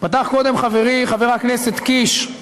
פתח קודם חברי חבר הכנסת קיש,